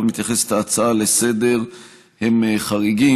מתייחסת ההצעה לסדר-היום הם חריגים.